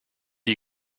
you